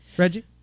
Reggie